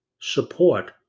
support